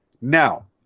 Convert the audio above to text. Now